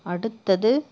அடுத்தது